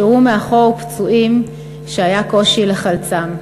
הושארו מאחור פצועים שהיה קושי לחלצם.